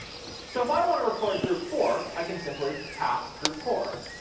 so if i want to record group four, i can simply tap group four.